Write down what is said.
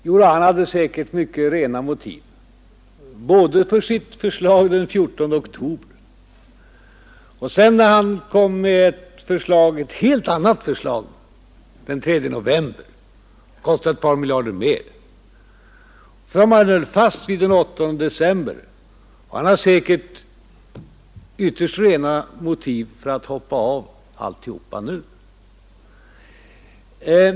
Jodå, han hade säkert mycket rena motiv — både när han framlade sitt förslag den 14 oktober och när han kom med ett helt annat förslag den 3 november, som kostade ett par miljarder mer och som han höll fast vid den 8 december. Och han har säkert ytterst rena motiv för att hoppa av alltihop nu.